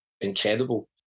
incredible